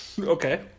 Okay